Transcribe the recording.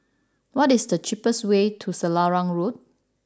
what is the cheapest way to Selarang Road